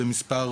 במספר